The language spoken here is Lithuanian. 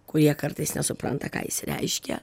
kurie kartais nesupranta ką jis reiškia